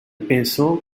pensó